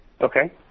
Okay